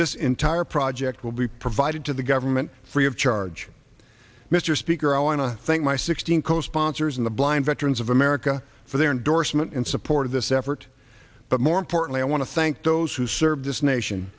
this entire project will be provided to the government free of charge mr speaker i want to thank my sixteen co sponsors and the blind veterans of america for their endorsement and support of this effort but more importantly i want to thank those who serve this nation